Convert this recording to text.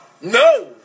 no